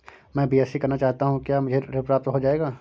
मैं बीएससी करना चाहता हूँ क्या मुझे ऋण प्राप्त हो जाएगा?